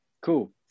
cool